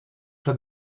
for